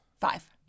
Five